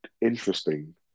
interesting